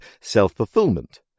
self-fulfillment